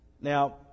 Now